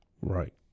Right